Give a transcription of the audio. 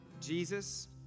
Jesus